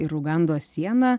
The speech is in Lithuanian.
ir ugandos sieną